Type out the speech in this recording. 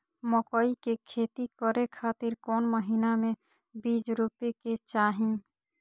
मकई के खेती करें खातिर कौन महीना में बीज रोपे के चाही?